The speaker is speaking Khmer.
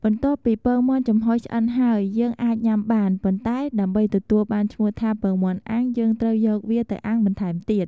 បន្ទាប់ពី ពងមាន់ចំហុយឆ្អិនហើយ យើងអាចញ៉ាំបាន ប៉ុន្តែដើម្បីទទួលបានឈ្មោះថាពងមាន់អាំងយើងត្រូវយកវាទៅអាំងបន្ថែមទៀត។